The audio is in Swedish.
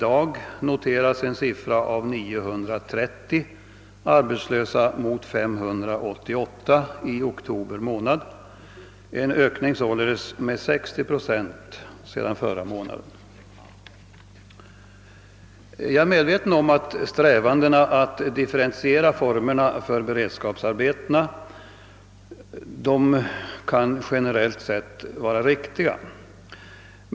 Det noteras där i dag 930 arbetslösa mot 588 i oktober månad, således en ökning med 60 procent sedan föregående månad. Jag är medveten om att strävandena att differentiera formerna för beredskapsarbetena generellt sett kan vara riktiga.